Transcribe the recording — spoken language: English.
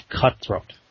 cutthroat